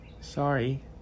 Sorry